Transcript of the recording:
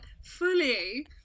fully